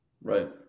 right